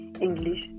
English